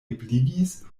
ebligis